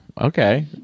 okay